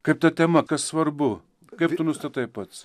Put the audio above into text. kaip ta tema kas svarbu kaip tu nustatai pats